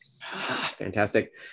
Fantastic